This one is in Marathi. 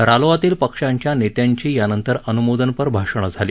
रालोआतील पक्षांच्या नेत्यांची यानंतर अनुमोदनपर भाषणे झाली